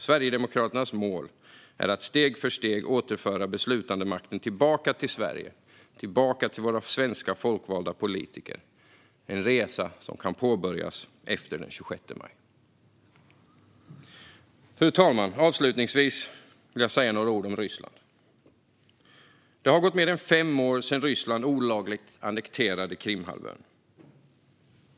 Sverigedemokraternas mål är att steg för steg återföra beslutandemakten tillbaka till Sverige, tillbaka till våra svenska folkvalda politiker - en resa som kan påbörjas efter den 26 maj. Fru talman! Avslutningsvis vill jag säga några ord om Ryssland. Det har gått mer än fem år sedan Ryssland olagligt annekterade Krimhalvön.